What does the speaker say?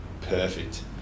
perfect